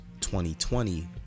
2020